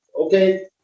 Okay